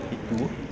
itu